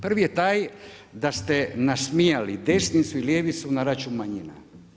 Prvi je taj da ste nasmijali desnicu i ljevicu na račun manjina.